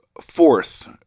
fourth